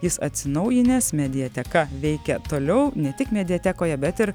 jis atsinaujinęs mediateka veikia toliau ne tik mediatekoje bet ir